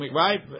right